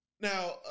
Now